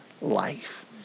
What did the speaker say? life